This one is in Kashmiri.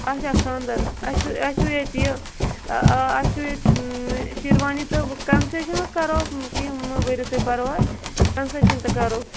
اَچھا خانٛدر اَسہِ چھُ اَسہِ چھُ ییٚتہِ یہِ آ اَسہِ چھُ ییٚتہِ شیروانی تہٕ کَنسیٚشَن حظ کَرو کیٚنٛہہ مہٕ بٔرِو تُہۍ پَرواے کَنسیٚشَن تہِ کَرو